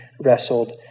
wrestled